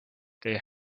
they